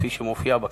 כפי שמופיע בכתבה.